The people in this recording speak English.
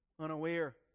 unaware